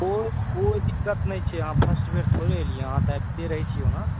कोइ कोइ दिक्कत नहि छै अहाँ फर्स्ट बेर थोड़े एलियै हँ अहाँ तऽ अबितै रहैत छियै ओना